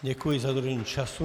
Děkuji za dodržení času.